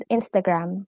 Instagram